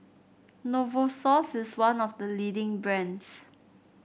Novosource is one of the leading brands